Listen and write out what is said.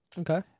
Okay